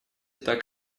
так